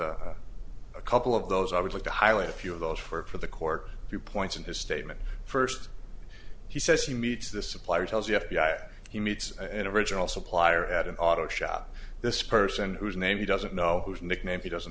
just a couple of those i would like to highlight a few of those for the court view points in his statement first he says he meets the supplier tells the f b i he meets an original supplier at an auto shop this person whose name he doesn't know whose nickname he doesn't